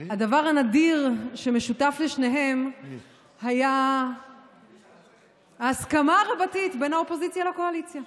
הדבר הנדיר שמשותף לשניהם היה ההסכמה הרבתי בין האופוזיציה לקואליציה.